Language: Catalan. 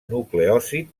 nucleòsid